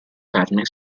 carne